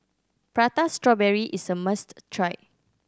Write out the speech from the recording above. Prata Strawberry is a must try